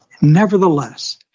nevertheless